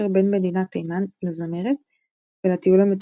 בין מדינת תימן לזמרת ולטיול המתוכנן.